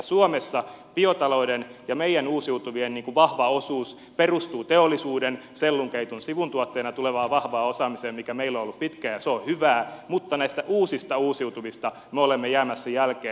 suomessa biotalouden ja meidän uusiutuvien vahva osuus perustuu teollisuuden sellunkeiton sivutuotteena tulevaan vahvaan osaamiseen mikä meillä on ollut pitkään ja se on hyvää mutta näistä uusista uusiutuvista me olemme jäämässä jälkeen